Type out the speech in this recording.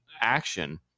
action